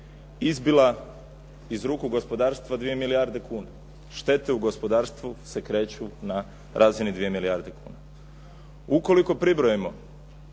izbila iz ruku gospodarstva 2 milijarde kuna. Štete u gospodarstvu se kreću na razini 2 milijarde kuna. Ukoliko pribrojimo